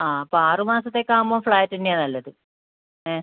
ആ അപ്പം ആറ് മാസത്തേക്കാകുമ്പോൾ ഫ്ലാറ്റ് തന്നെയാണ് നല്ലത് ഏ